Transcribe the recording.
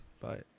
Bye